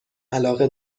علاقه